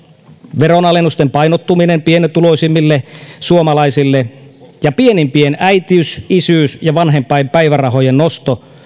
veronalennusten painottuminen pienituloisimmille suomalaisille ja pienimpien äitiys isyys ja vanhempainpäivärahojen nosto